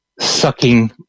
sucking